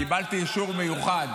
קיבלתי אישור מיוחד